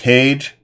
Cage